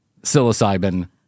psilocybin